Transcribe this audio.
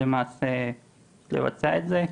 למעשה צריך לבצע את זה.